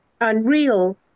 unreal